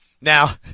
now